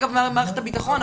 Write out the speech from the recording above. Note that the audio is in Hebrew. אגב מערכת הבטחון,